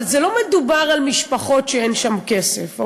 אבל לא מדובר על משפחות שאין שם כסף,